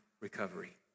recovery